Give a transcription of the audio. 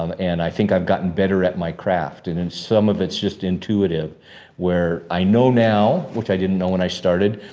um and i think i've gotten better at my craft. and then and some of it's just intuitive where i know now, which i didn't know when i started.